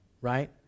right